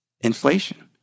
inflation